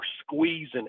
squeezing